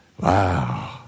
Wow